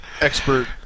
expert